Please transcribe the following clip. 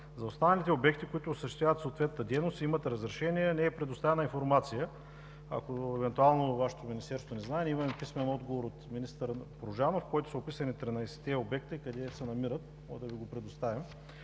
За останалите обекти, които осъществяват съответната дейност и имат разрешения, не е предоставена информация. Ако евентуално Вашето министерство не знае, имаме писмен отговор от министър Порожанов, в който са описани 13-те обекта и къде се намират – можем да Ви го предоставим.